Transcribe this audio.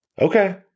Okay